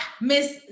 Miss